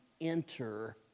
enter